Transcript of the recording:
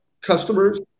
customers